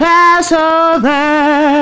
Passover